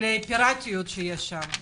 לפיראטיות שיש שם.